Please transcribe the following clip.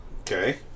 Okay